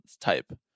type